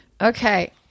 Okay